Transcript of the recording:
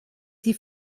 die